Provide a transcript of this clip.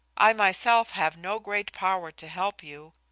i myself have no great power to help you,